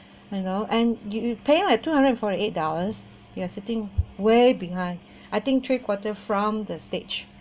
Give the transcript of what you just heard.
you know and you you paying like two hundred and forty eight dollars you are sitting way behind I think three quarter from the stage